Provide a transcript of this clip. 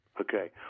Okay